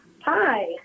Hi